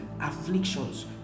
afflictions